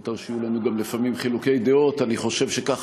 ומותר שיהיו לנו גם לפעמים חילוקי דעות, כבוד השר,